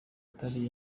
atari